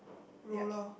roller